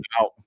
Out